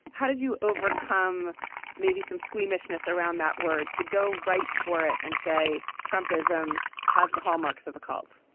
how did you overcome maybe some squeamishness around that word to go right for it and say trumpism has the hallmarks of a cult?